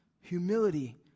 humility